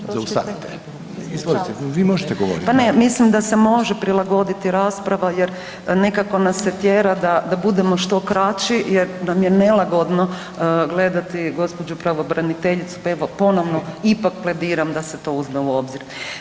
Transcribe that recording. Pa mislim da se može prilagoditi rasprava jer nekako nas se tjera da budemo što kraći jer nam je nelagodno gledati gospođu pravobraniteljicu pa evo ponovno ipak plediram da se to uzme u obzir.